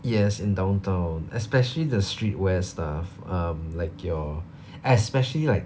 yes in downtown especially the street wear stuff um like your especially like